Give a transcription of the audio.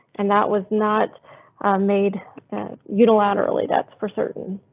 and that was not made unilaterally. that's for certain.